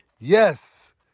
Yes